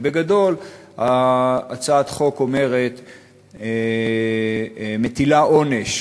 בגדול, הצעת החוק מטילה עונש